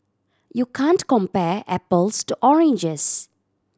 you can't compare apples to oranges